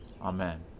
Amen